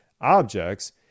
objects